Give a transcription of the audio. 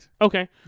Okay